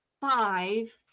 five